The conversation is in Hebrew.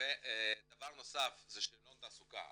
דבר נוסף זה שאלון תעסוקה.